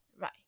Right